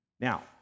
Now